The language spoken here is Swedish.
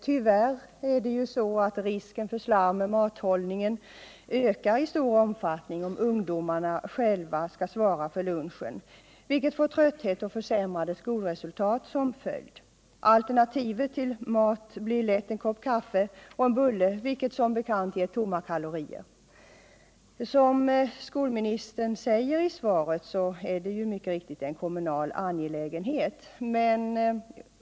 Tyvärr är det så att risken för slarv med mathållningen ökar i stor omfattning, om ungdomarna själva skall svara för lunchen, vilket får trötthet och försämrade skolresultat som följd. Alternativet till mat blir lätt en kopp kaffe och en bulle, vilket som bekant ger tomma kalorier. Som skolministern också säger i svaret är denna fråga mycket riktigt en kommunal angelägenhet.